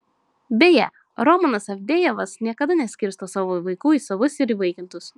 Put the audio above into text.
beje romanas avdejevas niekada neskirsto savo vaikų į savus ir įvaikintus